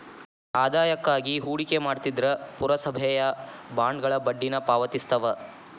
ಆದಾಯಕ್ಕಾಗಿ ಹೂಡಿಕೆ ಮಾಡ್ತಿದ್ರ ಪುರಸಭೆಯ ಬಾಂಡ್ಗಳ ಬಡ್ಡಿನ ಪಾವತಿಸ್ತವ